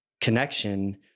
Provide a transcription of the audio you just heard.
connection